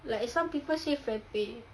like some people say frappe